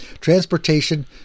transportation